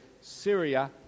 Syria